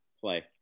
play